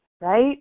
right